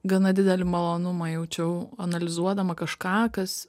gana didelį malonumą jaučiau analizuodama kažką kas